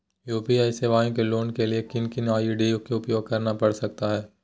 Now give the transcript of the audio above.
UPI सेवाएं को लाने के लिए किन किन आई.डी का उपयोग करना पड़ सकता है?